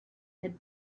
had